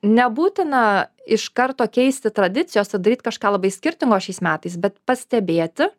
nebūtina iš karto keisti tradicijos ir daryt kažką labai skirtingo šiais metais bet pastebėti